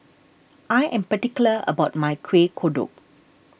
I am particular about my Kueh Kodok